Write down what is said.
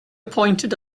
pointed